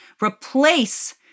replace